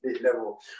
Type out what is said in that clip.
level